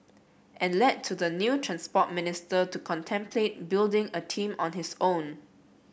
and led to the new Transport Minister to contemplate building a team on his own